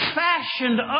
fashioned